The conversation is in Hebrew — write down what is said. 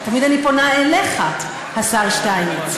תמיד אני פונה אליךָ, השר שטייניץ.